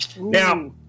Now